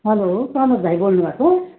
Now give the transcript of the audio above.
hello Samar भाइ बोल्नु भएको